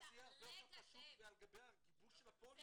אז יהיה הרבה יותר פשוט גיבוש של הפוליסה כי